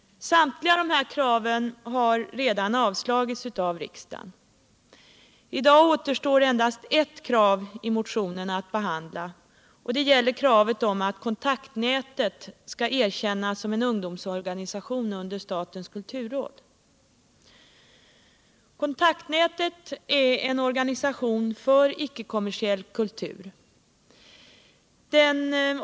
Samtliga dessa krav har redan avslagits av riksdagen. I dag återstår endast ett krav i motionen att behandla, och det gäller kravet att Kontaktnätet skall erkännas som en ungdomsorganisation under statens kulturråd. Kontaktnätet är en organisation för icke-kommersiell kultur.